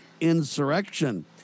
insurrection